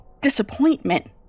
disappointment